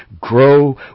Grow